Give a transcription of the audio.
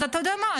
אז אתה יודע מה?